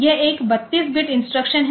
यह एक 32 bit instruction है